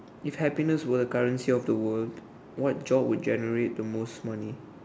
if happiness were the currency of the world what job would generate the most money